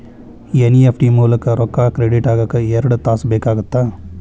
NEFT ಮೂಲಕ ರೊಕ್ಕಾ credit ಆಗಾಕ ಎರಡ್ ತಾಸ ಬೇಕಾಗತ್ತಾ